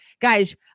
guys